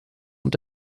und